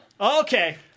Okay